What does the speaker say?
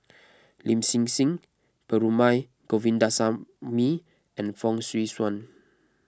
Lin Hsin Hsin Perumal Govindaswamy and Fong Swee Suan